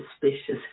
suspicious